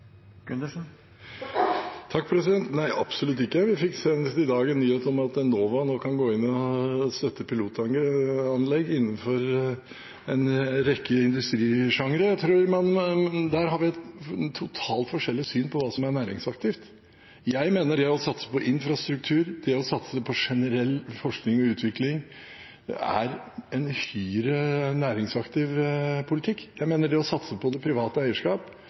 Nei, absolutt ikke – vi fikk senest i dag en nyhet om at Enova nå kan gå inn og støtte pilotanlegg innenfor en rekke industrisjangre. Vi har et totalt forskjellig syn på hva som er næringsaktivt. Jeg mener det å satse på infrastruktur og det å satse på generell forskning og utvikling er en uhyre næringsaktiv politikk. Jeg mener det å satse på det private eierskap